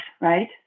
right